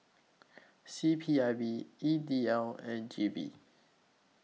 C P I B E D L and G V